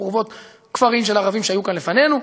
חורבות כפרים של ערבים שהיו כאן לפנינו,